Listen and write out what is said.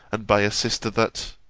and by a sister, that